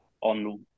on